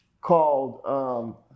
called